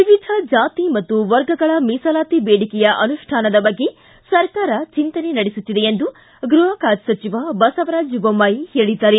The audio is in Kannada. ವಿವಿಧ ಜಾತಿ ಮತ್ತು ವರ್ಗಗಳ ಮೀಸಲಾತಿ ಬೇಡಿಕೆಯ ಅನುಷ್ಟಾನದ ಬಗ್ಗೆ ಸರ್ಕಾರ ಚಿಂತನೆ ನಡೆಸುತ್ತಿದೆ ಎಂದು ಗೃಹ ಖಾತೆ ಸಚಿವ ಬಸವರಾಜ್ ಬೊಮ್ಮಾಯಿ ಹೇಳಿದ್ದಾರೆ